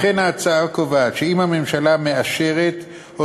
לכן ההצעה קובעת שאם הממשלה מאושרת או